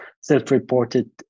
self-reported